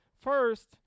First